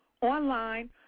online